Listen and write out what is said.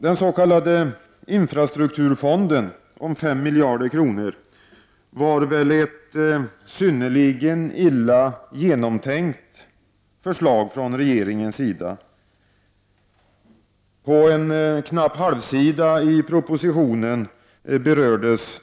Den s.k. infrastrukturfonden om 5 miljarder kronor var ett synnerligen illa genomtänkt förslag från regeringen. Den berördes på en knapp halvsida i propositionen.